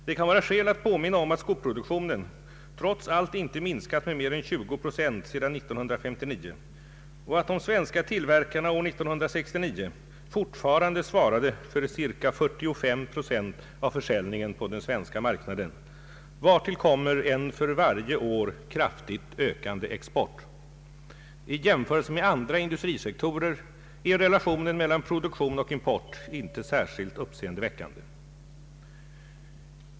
Det kan vara skäl att påminna om att skoproduktionen trots allt inte minskat med mer än 20 procent sedan 1959 och att de svenska tillverkarna år 1969 fortfarande svarade för ca 45 procent av försäljningen på den svenska marknaden, vartill kommer en för varje år kraftigt ökande export. I jämförelse med andra industrisektorer är relationen mellan produktion och import inte särskilt uppseendeväckande.